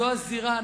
זו הזירה,